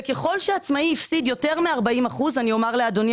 וככל שעצמאי הפסיד יותר מ-40% אומר לאדוני,